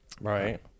Right